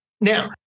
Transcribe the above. Now-